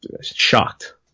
shocked